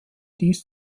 dies